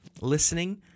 listening